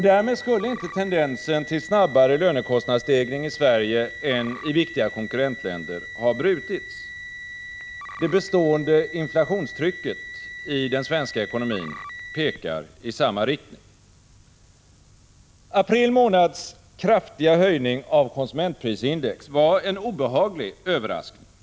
Därmed skulle inte tendensen till snabbare lönekostnadsstegring i Sverige än i viktiga konkurrentländer ha brutits. Det bestående inflationstrycket i den svenska ekonomin pekar i samma riktning. April månads kraftiga höjning av konsumentprisindex var en obehaglig överraskning.